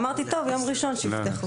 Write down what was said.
אמרתי טוב, יום ראשון שיפתחו.